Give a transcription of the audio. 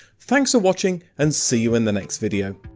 thanks for watching and see you in the next video!